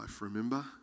remember